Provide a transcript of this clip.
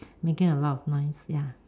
making a lot of noise ya